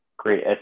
great